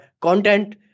content